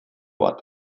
bat